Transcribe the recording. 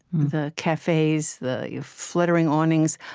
the cafes, the fluttering awnings.